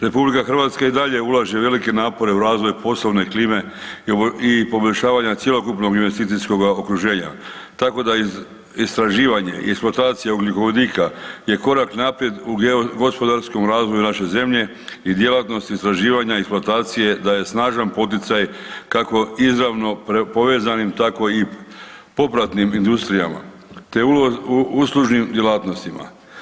RH i dalje ulaže velike napore u razvoj poslovne klime i poboljšavanja cjelokupnog investicijskog okruženja tako da istraživanje i eksploatacija ugljikovodika je korak naprijed u gospodarskom razvoju naše zemlje i djelatnosti istraživanja eksploatacije daje snažan poticaj kako izravno povezanim tako i popratnim industrijama te uslužnim djelatnostima.